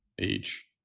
age